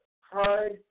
hard